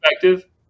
perspective